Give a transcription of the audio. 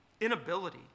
inability